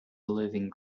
living